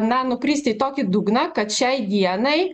na nukristi į tokį dugną kad šiai dienai